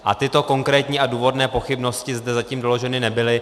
A tyto konkrétní a důvodné pochybnosti zde zatím doloženy nebyly.